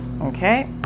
Okay